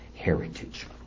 Heritage